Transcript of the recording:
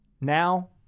now